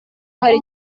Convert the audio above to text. hari